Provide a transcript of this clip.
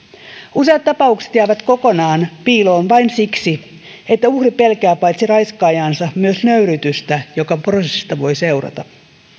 useat tapaukset jäävät kokonaan piiloon vain siksi että uhri pelkää paitsi raiskaajaansa myös nöyryytystä joka prosessista voi seurata